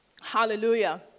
Hallelujah